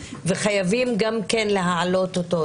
וחייבים גם כן להעלות אותו,